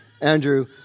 Andrew